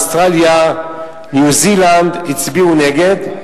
אוסטרליה וניו-זילנד הצביעו נגד,